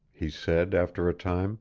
he said, after a time